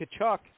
Kachuk